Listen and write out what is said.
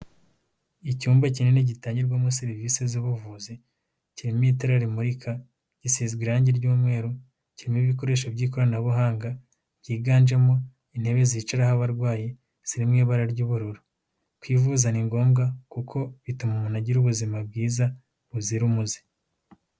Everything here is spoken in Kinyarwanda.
Icyumba kinini gitangirwamo serivisi z'ubuvuzi, kirimo ita rimurika, gisizwe irangi ry'umweru, kirimo ibikoresho by'ikoranabuhanga, byiganjemo intebe zicaraho abarwayi, ziri mu ibara ry'ubururu. Kwivuza ni ngombwa kuko bituma umuntu agira ubuzima bwiza buzira umuze.